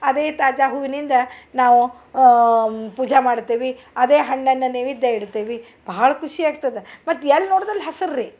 ಅದೇ ತಾಜಾ ಹೂವಿನಿಂದ ನಾವು ಪೂಜಾ ಮಾಡ್ತೆವಿ ಅದೇ ಹಣ್ಣನ್ನ ನೈವೇದ್ಯ ಇಡ್ತೆವಿ ಭಾಳ ಖುಷಿ ಆಗ್ತದೆ ಮತ್ತು ಎಲ್ಲಿ ನೋಡ್ದಲ್ಲಿ ಹಸುರ್ರಿ